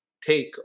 take